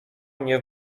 mnie